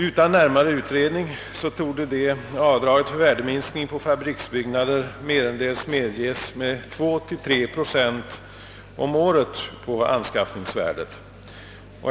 Utan närmare utredning torde avdrag för värdeminskning på fabriksbyggnader merendels medges med 2 å 3 procent om året på anskaff ningsvärdet.